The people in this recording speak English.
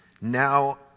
Now